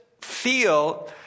feel